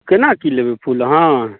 कोना कि लेबै फूल अहाँ